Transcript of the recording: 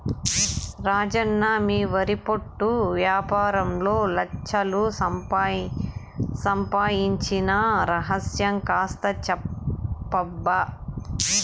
రాజన్న మీ వరి పొట్టు యాపారంలో లచ్ఛలు సంపాయించిన రహస్యం కాస్త చెప్పబ్బా